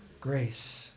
Grace